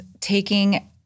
taking